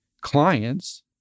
clients